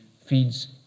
feeds